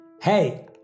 Hey